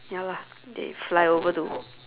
ya lah they fly over to